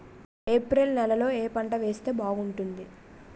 April నెలలో ఏ పంట వేస్తే బాగుంటుంది?